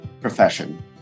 profession